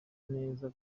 neza